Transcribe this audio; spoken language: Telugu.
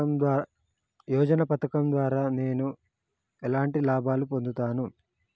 యోజన పథకం ద్వారా నేను ఎలాంటి లాభాలు పొందుతాను?